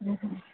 હમ